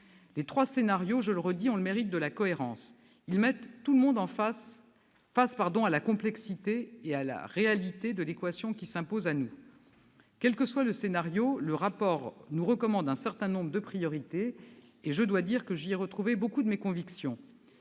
Les trois scénarios, je le répète, ont le mérite de la cohérence. Ils mettent tout le monde face à la complexité et à la réalité de l'équation qui s'impose à nous. Quel que soit le scénario que nous choisirons, le rapport nous recommande un certain nombre de priorités. Je dois dire que j'y ai retrouvé beaucoup de mes convictions